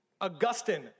Augustine